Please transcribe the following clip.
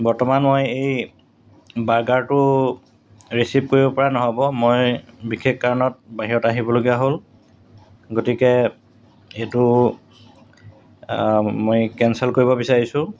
বৰ্তমান মই এই বাৰ্গাৰটো ৰিচিভ কৰিবপৰা নহ'ব মই বিশেষ কাৰণত বাহিৰত আহিবলগীয়া হ'ল গতিকে সেইটো মই কেনচেল কৰিব বিচাৰিছোঁ